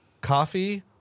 Coffee